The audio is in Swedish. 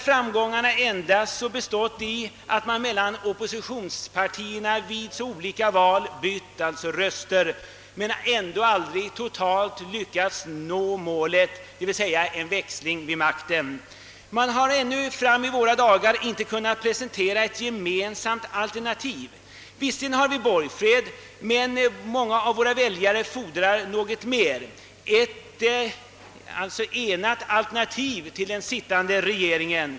Framgångarna har endast bestått i att oppositionspartierna vid olika val bytt röster mellan sig, och de har aldrig totalt lyckats nå målet — en växling vid makten. Ännu fram i våra dagar har något gemensamt alternativ inte kunnat presenteras. Visserligen har vi borgfred, men våra väljare fordrar något mer — ett alternativ till den sittande regeringen.